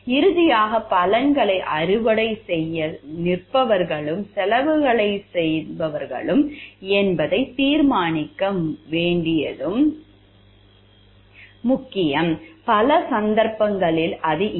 இறுதியாக பலன்களை அறுவடை செய்ய நிற்பவர்களும் செலவுகளை செலுத்துபவர்களா என்பதை தீர்மானிக்க வேண்டியதும் முக்கியம் பல சந்தர்ப்பங்களில் அது இல்லை